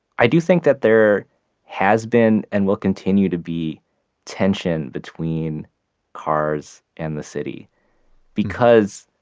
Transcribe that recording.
i do think that there has been and will continue to be tension between cars and the city because,